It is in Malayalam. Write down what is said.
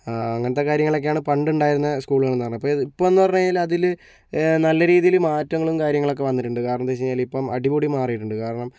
അങ്ങനത്തെ കാര്യങ്ങളൊക്കെയാണ് പണ്ട് ഉണ്ടായിരുന്ന സ്കൂളുകളിൽ എന്ന് പറഞ്ഞാൽ ഇപ്പോൾ എന്ന് പറഞ്ഞ് കഴിഞ്ഞാൽ അതില് നല്ല രീതിയിൽ മാറ്റങ്ങളും കാര്യങ്ങളൊക്കെ വന്നിട്ടുണ്ട് കാരണം എന്ത് വെച്ച് കഴിഞ്ഞാല് ഇപ്പോൾ അടിമുടി മാറിയിട്ടുണ്ട് കാരണം